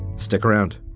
stick around.